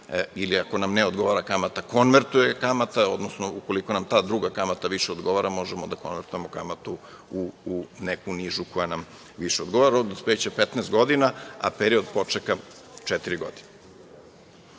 ili ako nam ne odgovara kamata, konvertuje kamata, odnosno ukoliko nam ta druga kamata više odgovara, možemo da konvertujemo kamatu u neku nižu koja nam više odgovara. Rok dospeća je 15 godina, a period počeka četiri